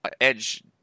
edge